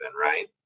right